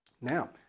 Now